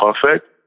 perfect